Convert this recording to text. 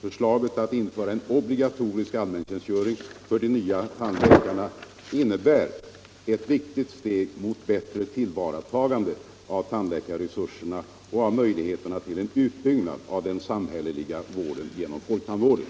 Förslaget att införa en obligatorisk allmäntjänstgöring för de nya tandläkarna innebär ett viktigt steg mot bättre tillvaratagande av tandläkarresurserna och av möjligheterna till en utbyggnad av den samhälleliga vården genom folktandvården.